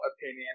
opinion